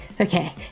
okay